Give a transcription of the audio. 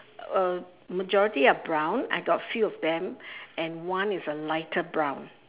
uh majority are brown I got few of them and one is a lighter brown